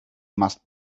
must